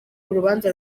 urubanza